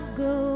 go